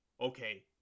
Okay